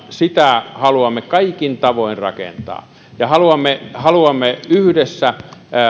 sitä haluamme kaikin tavoin rakentaa ja haluamme haluamme yhdessä